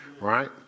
right